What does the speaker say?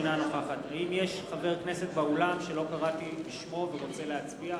אינה נוכחת האם יש חבר כנסת באולם שלא קראתי בשמו ורוצה להצביע?